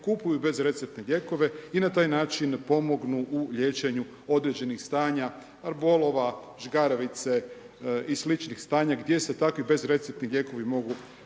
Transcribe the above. kupuju bezreceptne lijekove i na taj način pomognu u liječenju određenih stanja, bolova, žgaravice i sličnih stanja gdje se takvi bezreceptni lijekovi mogu